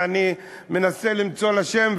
אני מנסה למצוא לה שם,